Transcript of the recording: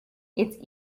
its